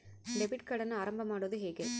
Debit ಕಾರ್ಡನ್ನು ಆರಂಭ ಮಾಡೋದು ಹೇಗೆ?